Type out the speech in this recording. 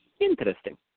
Interesting